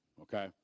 okay